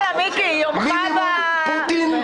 מינימום פוטין?